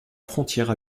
frontière